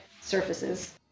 surfaces